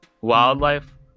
wildlife